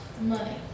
Money